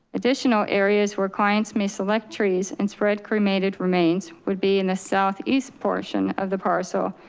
additional areas where clients may select trees and spread cremated remains would be in the southeast portion of the parcel.